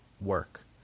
work